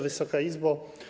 Wysoka Izbo!